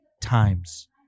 times